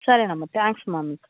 సరేనమ్మా థ్యాంక్స్ మా మీకు